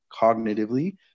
cognitively